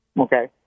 Okay